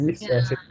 Yes